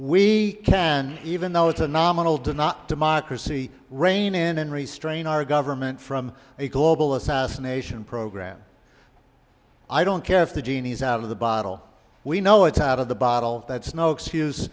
can even though it's a nominal to not democracy reign in and restrain our government from a global assassination program i don't care if the genie is out of the bottle we know it's out of the bottle that's no excuse